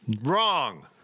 Wrong